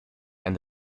and